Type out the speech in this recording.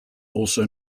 also